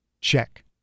Check